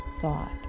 thought